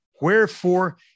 Wherefore